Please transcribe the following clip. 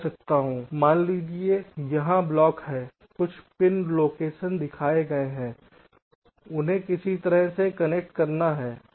मान लीजिए कि यहां ब्लॉक हैं कुछ पिन लोकेशन दिखाए गए हैं कि उन्हें किसी तरह से कनेक्ट करना है